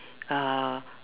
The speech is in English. uh